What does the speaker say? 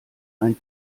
ein